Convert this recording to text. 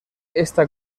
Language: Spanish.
esta